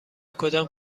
کدام